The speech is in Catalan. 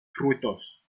fruitós